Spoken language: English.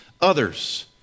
others